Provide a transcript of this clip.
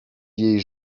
jej